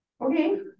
Okay